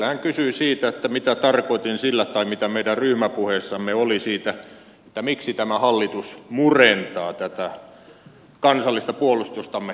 hän kysyi siitä mitä tarkoitin sillä tai mitä meidän ryhmäpuheessamme oli siitä miksi tämä hallitus murentaa tätä kansallista puolustustamme